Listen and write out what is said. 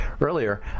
earlier